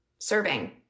Serving